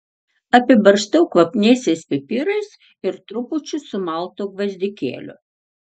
apibarstau kvapniaisiais pipirais ir trupučiu sumaltų gvazdikėlių